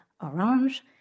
Orange